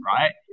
right